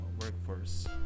workforce